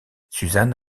suzanne